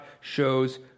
shows